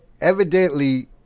evidently